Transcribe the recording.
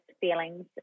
feelings